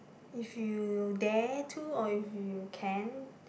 if you dare to or if you can